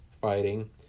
fighting